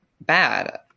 Bad